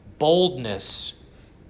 Boldness